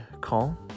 call